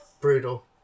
Brutal